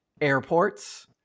airports